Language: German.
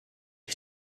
ich